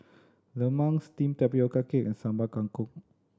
lemang steamed tapioca cake and Sambal Kangkong